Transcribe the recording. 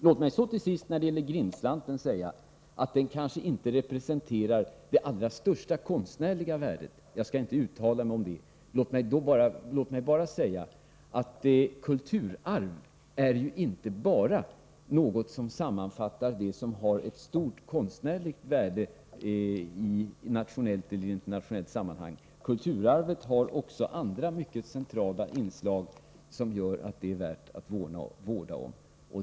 Låt mig också till sist säga att Grindslanten kanske inte representerar det allra största konstnärliga värdet — jag skall inte uttala mig om det. Låt mig bara säga att kulturarv inte bara är något som sammanfattar det som har ett stort konstnärligt värde i ett nationellt eller internationellt sammanhang. Kulturarvet har också andra mycket centrala inslag som gör att det är värt att vårda om.